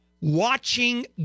watching